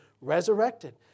resurrected